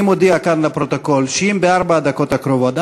אבל אני מודיע כאן לפרוטוקול שאם בארבע הדקות הקרובות,